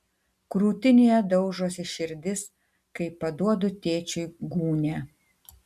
krūtinėje daužosi širdis kai paduodu tėčiui gūnią